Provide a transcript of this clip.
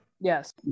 Yes